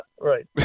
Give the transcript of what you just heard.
right